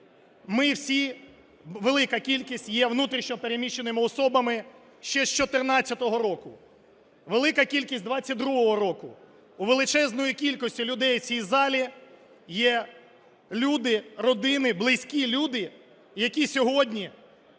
ми всі, велика кількість є внутрішньо переміщеними особами ще з 14-го року, велика кількість 22-го року. У величезної кількості людей в цій залі є люди, родини, близькі люди, які сьогодні